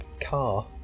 car